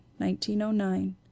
1909